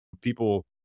people